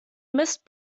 mist